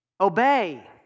Obey